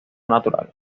natural